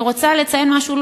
אני רוצה לציין משהו,